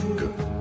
good